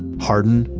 harden,